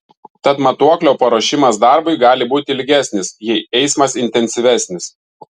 tad matuoklio paruošimas darbui gali būti ilgesnis jei eismas intensyvesnis